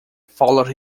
followed